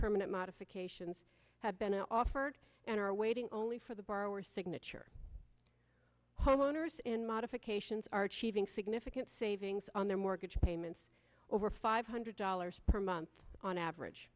permanent modifications have been offered and are waiting only for the borrower signature homeowners in modifications are achieving significant savings on their mortgage payments over five hundred dollars per month on average